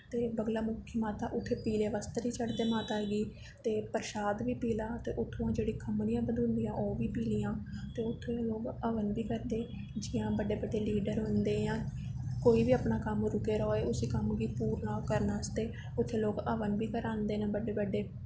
ते बगलामुखी माता ते उत्थें पीले वस्त्र ही चढ़दे माता गी ते परशाद बी पीला ते उत्थुआं जेह्ड़ियां खम्मनियां होंदियां ओह् बी पीलियां ते उत्थूं दे लोग हवन बी करदे जियां बड्डे बड्डे लीडर होंदे जां कोई बी अपना कम्म रुके दा होऐ उसी कम्म गी पूरा करने आस्तै उत्थें लोक हवन बी करांदे न बड्डे बड्डे